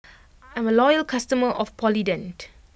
I'm a loyal customer of Polident